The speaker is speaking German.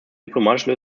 diplomatische